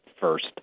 first